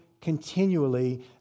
continually